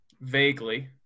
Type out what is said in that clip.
vaguely